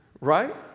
Right